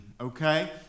Okay